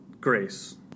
grace